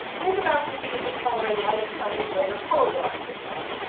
think about this use of color and light of kelly's later color block paintings.